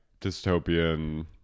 dystopian